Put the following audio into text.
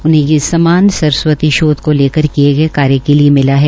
उन्हें ये सम्मान सरस्वती शोध को लेकर किए गये कार्य के लिये मिला है